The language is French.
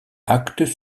actes